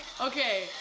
okay